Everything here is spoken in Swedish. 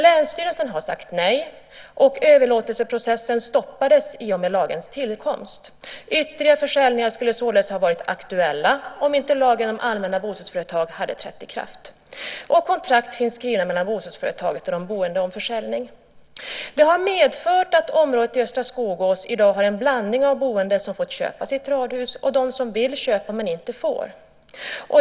Länsstyrelsen har dock sagt nej, och överlåtelseprocessen stoppades i och med lagens tillkomst. Ytterligare försäljningar skulle således ha varit aktuella om inte lagen om allmännyttiga bostadsföretag hade trätt i kraft. Kontrakt finns skrivna mellan bostadsföretaget och de boende om försäljning. Detta har medfört att området i östra Skogås i dag har en blandning av boende som fått köpa sitt radhus och boende som vill köpa men inte får.